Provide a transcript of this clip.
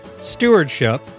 stewardship